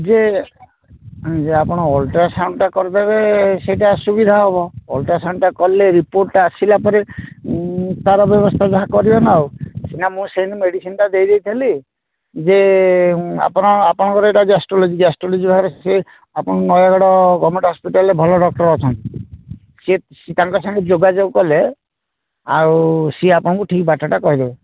ଯେ ଯେ ଆପଣ ଅଲ୍ଟ୍ରାସାଉଣ୍ଡଟା କରିଦେବେ ସେଇଟା ସୁବିଧା ହବ ଅଲ୍ଟ୍ରାସାଉଣ୍ଡଟା କଲେ ରିପୋର୍ଟଟା ଆସିଲା ପରେ ତା'ର ବ୍ୟବସ୍ଥା ଯାହା କରିବ ନା ଆଉ ନା ମୁଁ ସେମିତି ମେଡ଼ିସିନ୍ଟା ଦେଇ ଦେଇଥିଲି ଯେ ଆପଣ ଆପଣଙ୍କର ଏଇଟା ଗ୍ୟାଷ୍ଟ୍ରୋଲୋଜି ଗ୍ୟାଷ୍ଟ୍ରୋଲୋଜି ବିଭାଗରେ ସେ ଆପଣ ନୟାଗଡ଼ ଗଭର୍ଣ୍ଣମେଣ୍ଟ ହସ୍ପିଟାଲରେ ଭଲ ଡକ୍ଟର ଅଛନ୍ତି ସିଏ ତାଙ୍କ ସାଙ୍ଗେ ଯୋଗାଯୋଗ କଲେ ଆଉ ସିଏ ଆପଣଙ୍କୁ ଠିକ୍ ବାଟଟା କହିଦେବେ